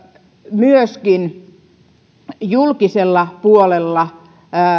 myöskin julkisella puolella